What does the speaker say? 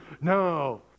no